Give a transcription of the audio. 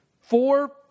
four